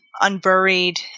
unburied